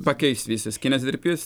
pakeis visas kinezoterapijas